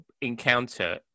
encounter